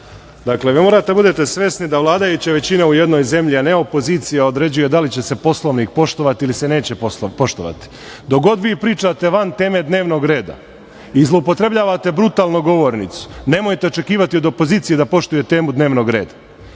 grupe. Dakle, vi morate da budete svesni da vladajuća većina u jednoj zemlji, a ne opozicija, određuje da li će se Poslovnik poštovati ili se neće poštovati. Dok god vi pričate van teme dnevnog reda i zloupotrebljavate brutalno govornicu, nemojte očekivati od opozicija poštuje temu dnevnog reda. Da